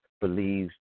believes